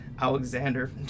alexander